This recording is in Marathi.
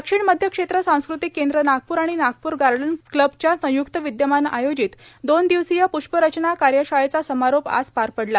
दक्षिण मध्य क्षेत्र सांस्कृतिक केंद्र नागपूर आणि नागपूर गार्डन क्लबच्या संयुक्त विदयमानं आयोजित दोन दिवसीय पृष्परचना कार्यशाळेचा समारोप आज पार पडला